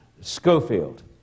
Schofield